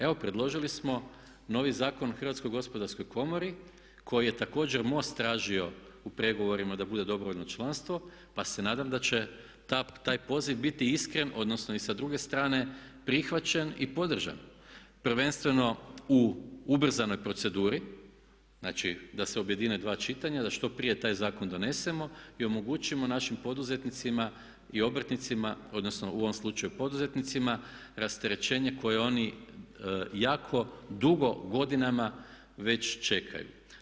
Evo predložili smo novi Zakon o Hrvatskoj gospodarskoj komori koji je također MOST tražio u pregovorima da bude dobrovoljno članstvo, pa se nadam da će taj poziv biti iskren, odnosno i sa druge strane prihvaćen i podržan prvenstveno u ubrzanoj proceduri, znači da se objedine dva čitanja, da što prije taj zakon donesemo i omogućimo našim poduzetnicima i obrtnicima, odnosno u ovom slučaju poduzetnicima rasterećenje koje oni jako dugo godinama već čekaju.